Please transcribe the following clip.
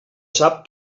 sap